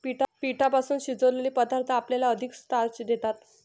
पिठापासून शिजवलेले पदार्थ आपल्याला अधिक स्टार्च देतात